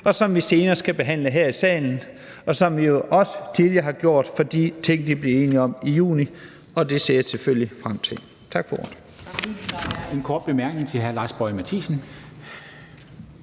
og som vi senere skal behandle her i salen, hvilket vi også tidligere har gjort i forhold til de ting, der blev enighed om i juni. Og det ser jeg selvfølgelig frem til. Tak for ordet.